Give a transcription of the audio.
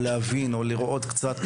או לנסות לראות קצת,